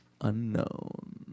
unknown